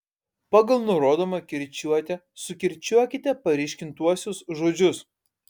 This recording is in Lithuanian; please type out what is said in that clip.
pagal nurodomą kirčiuotę sukirčiuokite paryškintuosius žodžius